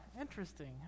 Interesting